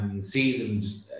Seasoned